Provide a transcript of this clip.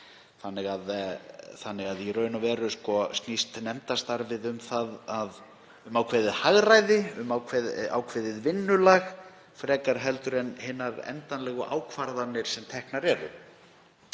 verki. Í raun og veru snýst nefndastarfið því um ákveðið hagræði og um ákveðið vinnulag frekar en hinar endanlegu ákvarðanir sem teknar eru.